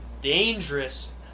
dangerous